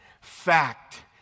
Fact